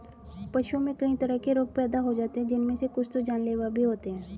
पशुओं में कई तरह के रोग पैदा हो जाते हैं जिनमे से कुछ तो जानलेवा भी होते हैं